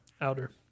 outer